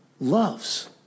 loves